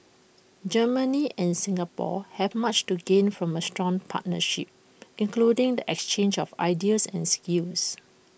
Germany and Singapore have much to gain from A strong partnership including the exchange of ideas and skills